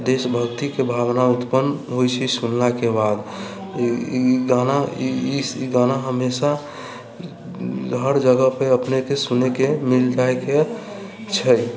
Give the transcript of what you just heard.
देशभक्तिके भावना उत्पन्न होइ छै सुनलाके बाद ई गाना ई गाना हमेशा हर जगहपर अपनेके सुनैके मिल जाइके छै